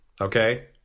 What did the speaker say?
Okay